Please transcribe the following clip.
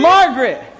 Margaret